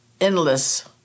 endless